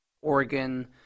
Oregon